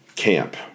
camp